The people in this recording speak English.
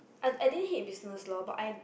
I I didn't hate business lor but I